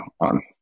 on